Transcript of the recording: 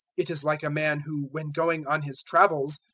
it is like a man who, when going on his travels,